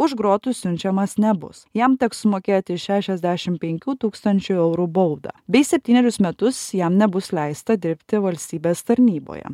už grotų siunčiamas nebus jam teks sumokėti šešiasdešim penkių tūkstančių eurų baudą bei septynerius metus jam nebus leista dirbti valstybės tarnyboje